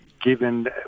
given